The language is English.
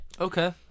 Okay